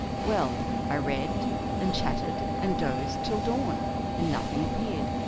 well, i read and chatted and dozed till dawn and nothing appeared,